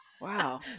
wow